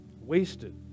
Wasted